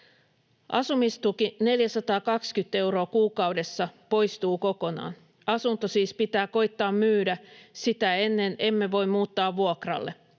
"Asumistuki 420 euroa kuukaudessa poistuu kokonaan. Asunto siis pitää koittaa myydä, sitä ennen emme voi muuttaa vuokralle.